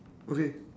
okay